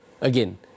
again